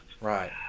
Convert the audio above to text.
Right